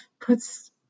puts